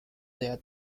their